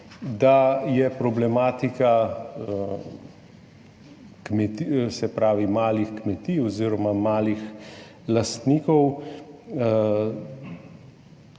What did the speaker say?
da je problematika malih kmetij oziroma malih lastnikov